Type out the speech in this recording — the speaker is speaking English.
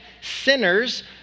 sinners